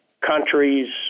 countries